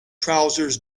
trousers